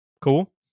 cool